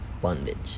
bondage